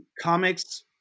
comics